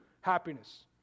happiness